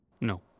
No